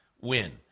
win